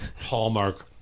hallmark